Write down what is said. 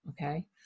Okay